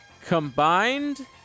combined